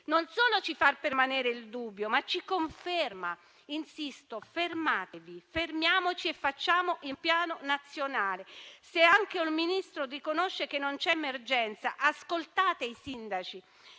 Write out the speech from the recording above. non solo ci fa permanere il dubbio, ma ci dà conferma. Insisto: fermatevi; fermiamoci e facciamo un piano nazionale. Se anche il Ministro riconosce che non c'è emergenza, ascoltate i sindaci